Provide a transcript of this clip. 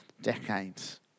decades